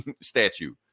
statue